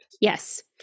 yes